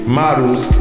models